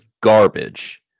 garbage